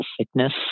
Sickness